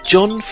John